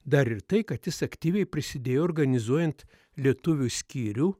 dar ir tai kad jis aktyviai prisidėjo organizuojant lietuvių skyrių